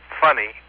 funny